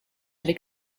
avec